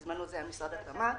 בזמנו זה היה במשרד התמ"ת.